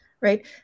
right